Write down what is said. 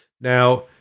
Now